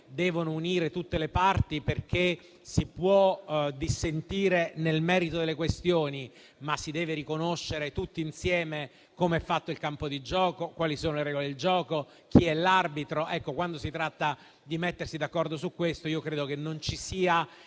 devono unire tutte le parti, non lo è. Si può dissentire nel merito delle questioni, ma si deve riconoscere tutti insieme come è fatto il campo di gioco, quali sono le regole del gioco, chi è l'arbitro. Quando si tratta di mettersi d'accordo su questo, credo che non ci sia